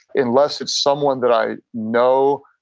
unless it's someone that i know.